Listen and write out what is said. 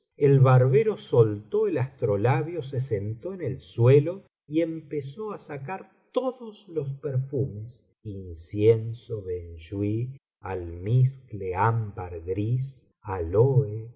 el barbero soltó el astrolabio se sentó en el suelo y empezó á sacar todos los perfumes incienso benjuí almizcle ámbar gris áloe